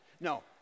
No